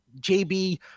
JB